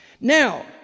Now